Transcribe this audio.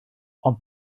ond